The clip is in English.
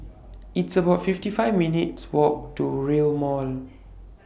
It's about fifty five minutes' Walk to Rail Mall